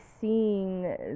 seeing